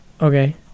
Okay